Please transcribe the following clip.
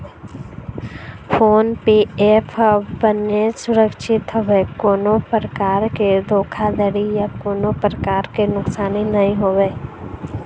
phone पे app ह बनेच सुरक्छित हवय कोनो परकार के धोखाघड़ी या कोनो परकार के नुकसानी नइ होवय